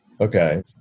Okay